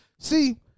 See